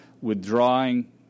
withdrawing